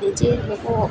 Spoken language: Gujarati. જે લોકો